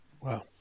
Wow